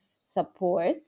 support